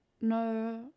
no